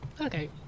Okay